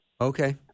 Okay